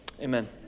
amen